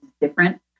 different